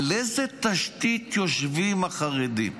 על איזו תשתית יושבים החרדים?